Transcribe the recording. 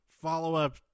follow-up